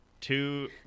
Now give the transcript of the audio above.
Two